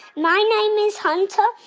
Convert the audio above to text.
my name is hunter.